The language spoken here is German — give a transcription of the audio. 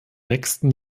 nächsten